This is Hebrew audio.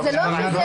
אז זה לא שזה,